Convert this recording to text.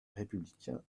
républicain